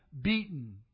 beaten